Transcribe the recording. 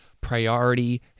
priority